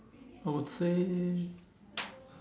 I would say